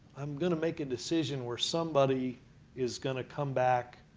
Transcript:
i'm going to make a decision where somebody is going to come back